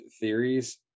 theories